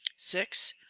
six,